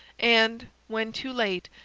and, when too late,